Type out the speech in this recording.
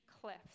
cliffs